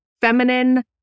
Feminine